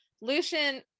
lucian